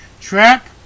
trap